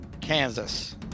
Kansas